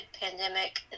pandemic